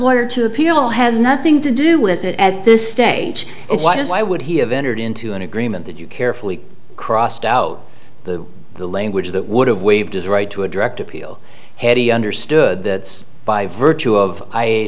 lawyer to appeal has nothing to do with it at this stage is why would he have entered into an agreement that you carefully crossed out the language that would have waived his right to a direct appeal had he understood that by virtue of i